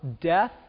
death